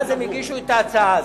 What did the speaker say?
ואז הם הגישו את ההצעה הזאת.